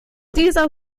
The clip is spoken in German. dieser